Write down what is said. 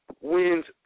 winds